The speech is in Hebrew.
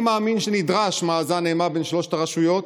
אני מאמין שנדרש מאזן אימה בין שלוש הרשויות,